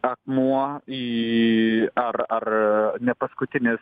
akmuo į ar ar ne paskutinis